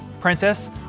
princess